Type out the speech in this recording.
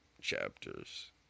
chapters